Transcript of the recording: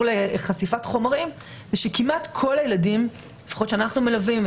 לחשיפת חומרים כמעט כל הילדים לפחות שאנחנו מלווים,